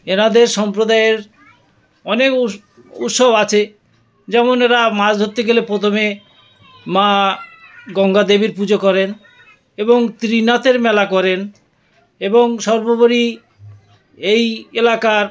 এনাদের সম্প্রদায়ের অনেক উৎসব আছে যেমন এরা মাছ ধরতে গেলে প্রথমে মা গঙ্গা দেবীর পুজো করেন এবং ত্রিনাথের মেলা করেন এবং সর্বোপরি এই এলাকার